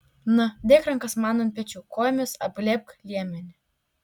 na dėk rankas man ant pečių kojomis apglėbk liemenį